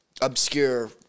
obscure